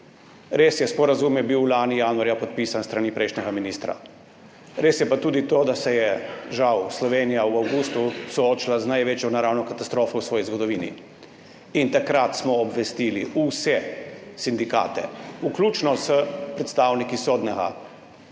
Res je, sporazum je bil lani januarja podpisan s strani prejšnjega ministra. Res je pa tudi to, da se je žal Slovenija v avgustu soočila z največjo naravno katastrofo v svoji zgodovini. Takrat smo obvestili vse sindikate, vključno s predstavniki sodne